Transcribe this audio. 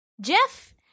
jeff